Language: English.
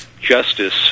justice